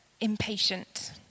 impatient